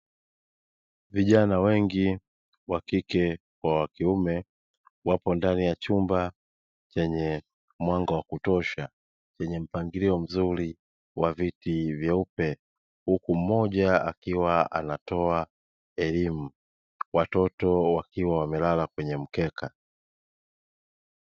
Vijana wengi wa kike kwa wa kiume, wapo ndani ya chumba chenye mwanga wa kutosha, chenye mpangilio mzuri wa viti vyeupe, huku mmoja akiwa anatoa elimu, watoto wakiwa wamelala kwenye mkeka.